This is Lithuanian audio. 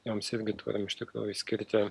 joms irgi turim iš tikrųjų išskirti